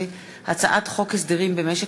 וכלה בהצעת חוק פ/2899/19 הצעת חוק הסדרים במשק